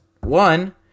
one